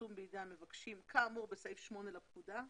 חתום בידי המבקשים כאמור בסעיף 8 לפקודה.